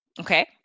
okay